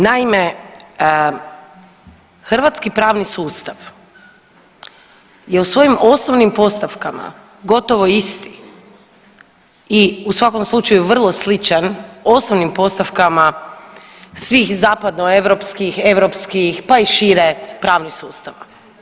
Naime, hrvatski pravni sustav je u svojim osnovnim postavkama gotovo isti i u svakom slučaju vrlo sličan osnovnim postavkama svih zapadnoeuropskih, europskih pa i šire pravnih sustava.